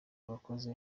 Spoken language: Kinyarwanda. abakozi